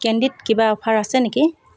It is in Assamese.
কেণ্ডিত কিবা অফাৰ আছে নেকি